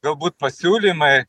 galbūt pasiūlymai